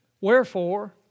Wherefore